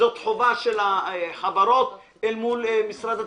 זאת חובה של החברות אל מול משרד התקשורת.